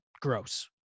Gross